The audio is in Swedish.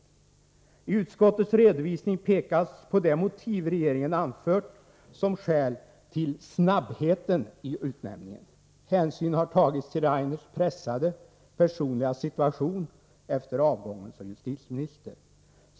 I utskottets redovisning pekas på det motiv regeringen anfört som skäl till snabbheten i utnämningen. Hänsyn har tagits till Rainers pressade personliga situation efter avgången som justitieminister.